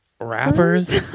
rappers